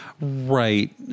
Right